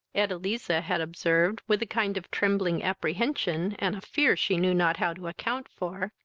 edeliza had observed, with a kind of trembling apprehension, and fear she knew not how to account for,